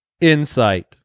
insight